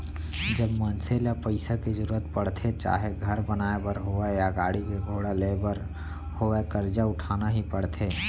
जब मनसे ल पइसा के जरुरत परथे चाहे घर बनाए बर होवय या गाड़ी घोड़ा लेय बर होवय करजा उठाना ही परथे